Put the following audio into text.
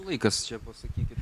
laikas čia pasakyti